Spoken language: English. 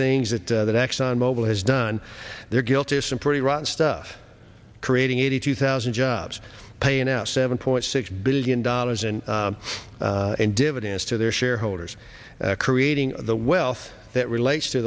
things that that exxon mobil has done they're guilty of some pretty rotten stuff creating eighty two thousand jobs paying out seven point six billion dollars in dividends to their shareholders creating the wealth that relates to